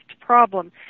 problem